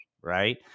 right